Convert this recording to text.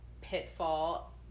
pitfall